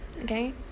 okay